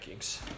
rankings